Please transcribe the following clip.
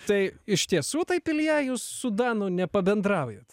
tai iš tiesų taip ilja jūs su danu nepabendraujat